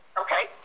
Okay